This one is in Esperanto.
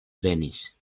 venis